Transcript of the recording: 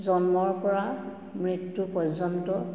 জন্মৰ পৰা মৃত্যু পৰ্যন্ত